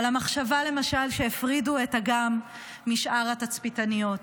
אבל למשל המחשבה שהפרידו את אגם משאר התצפיתניות,